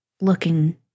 looking